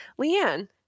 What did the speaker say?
Leanne